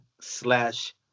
slash